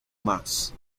marks